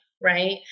right